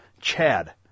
Chad